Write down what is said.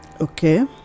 okay